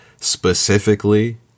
specifically